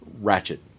Ratchet